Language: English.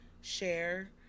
share